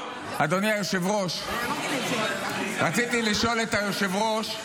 היושב-ראש, רציתי לשאול את היושב-ראש,